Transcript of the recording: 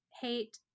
hate